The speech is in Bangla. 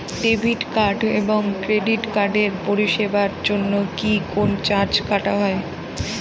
ডেবিট কার্ড এবং ক্রেডিট কার্ডের পরিষেবার জন্য কি কোন চার্জ কাটা হয়?